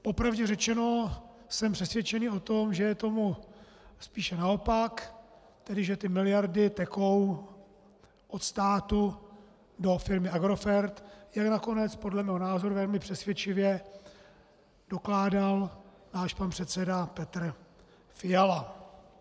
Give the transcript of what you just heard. Po pravdě řečeno, jsem přesvědčený o tom, že je tomu spíše naopak, tedy že ty miliardy tekou od státu do firmy Agrofert, jak nakonec podle mého názoru velmi přesvědčivě dokládal náš pan předseda Petr Fiala.